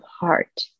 heart